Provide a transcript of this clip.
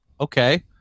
okay